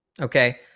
Okay